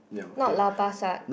not Lau-Pa-Sat